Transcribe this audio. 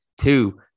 two